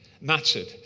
mattered